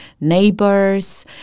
neighbors